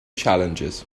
challenges